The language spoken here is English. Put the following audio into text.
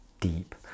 deep